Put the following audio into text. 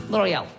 L'Oreal